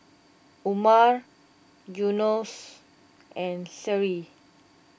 Umar Yunos and Seri